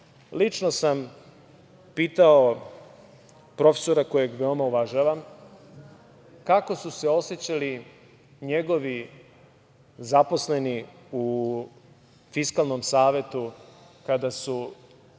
sam pitao profesora kojeg veoma uvažavam - kako su se osećali njegovi zaposleni u Fiskalnom savetu kada su